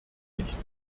nicht